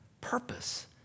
purpose